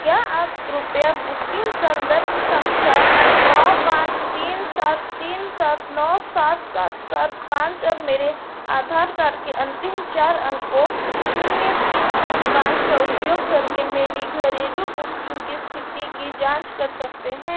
क्या आप कृपया बुकिंग संदर्भ संख्या नौ पाँच तीन सात तीन सात नौ सात सात सात पाँच और मेरे आधार कार्ड के अंतिम चार अंकों शून्य तीन तीन पाँच का उपयोग करके मेरी घरेलू बुकिंग की स्थिति की जाँच कर सकते हैं